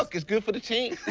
like it's good for the team.